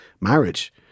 marriage